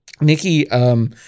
Nikki